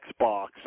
Xbox